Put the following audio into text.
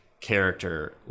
character